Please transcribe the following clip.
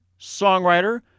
songwriter